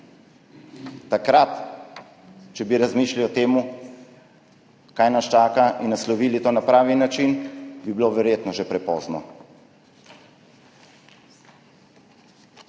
takrat razmišljali o tem, kaj nas čaka, in naslovili to na pravi način, bi bilo verjetno že prepozno.